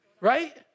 Right